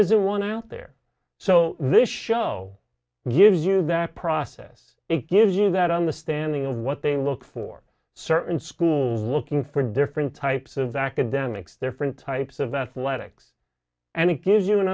a one out there so they show gives you that process it gives you that understanding of what they look for certain schools looking for different types of academics their friend types of athletics and it gives you an